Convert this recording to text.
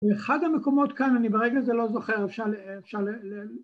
אחד המקומות כאן אני ברגע זה לא זוכר אפשר